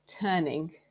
turning